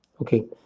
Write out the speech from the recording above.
okay